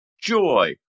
joy